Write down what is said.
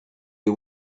you